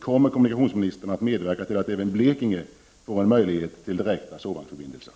Kommer kommunikationsministern att medverka till att även Blekinge får möjlighet till direkta sovvagnsförbindelser?